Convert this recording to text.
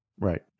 Right